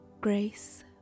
grace